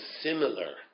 similar